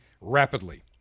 rapidly